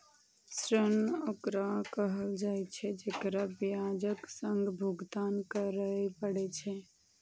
ऋण ओकरा कहल जाइ छै, जेकरा ब्याजक संग भुगतान करय पड़ै छै